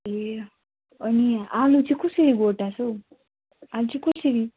ए अनि आलु चाहिँ कसरी गोटा छ हौ आलु चाहिँ कसरी